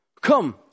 Come